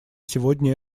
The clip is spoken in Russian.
сегодня